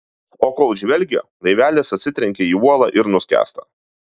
o kol žvelgia laivelis atsitrenkia į uolą ir nuskęsta